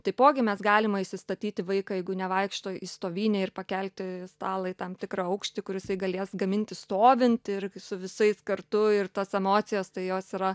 taipogi mes galima įsistatyti vaiką jeigu nevaikšto į stovynę ir pakelti stalą į tam tikrą aukštį kur jisai galės gaminti stovint ir su visais kartu ir tos emocijos tai jos yra